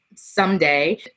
someday